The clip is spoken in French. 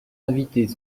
invités